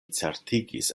certigis